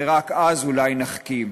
ורק אז אולי נחכים.